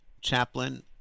chaplain